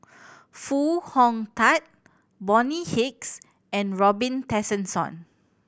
Foo Hong Tatt Bonny Hicks and Robin Tessensohn